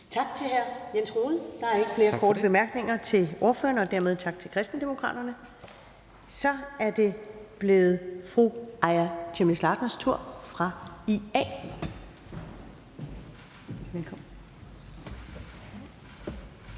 Tak til hr. Jens Rohde. Der er ikke flere korte bemærkninger til ordføreren og dermed tak til Kristendemokraterne. Så er det blevet fru Aaja Chemnitz Larsen fra IA's tur. Velkommen.